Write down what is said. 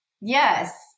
Yes